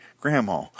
Grandma